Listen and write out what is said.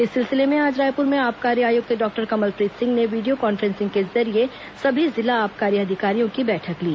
इस सिलसिले में आज रायपुर में आबकारी आयुक्त डॉक्टर कमलप्रीत सिंह ने वीडियो कॉन्फ्रेंसिंग के जरिये सभी जिला आबकारी अधिकारियों की बैठक ली